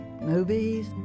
movies